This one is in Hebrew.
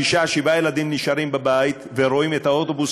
שישה או שבעה ילדים נשארים בבית ורואים את האוטובוס